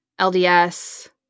LDS